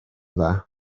dda